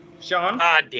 Sean